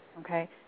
Okay